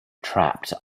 trapped